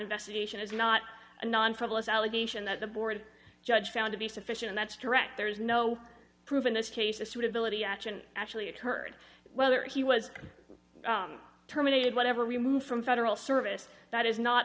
investigation is not a non problem allegation that the board judge found to be sufficient that's correct there's no proof in this case the suitability action actually occurred whether he was terminated whatever removed from federal service that is not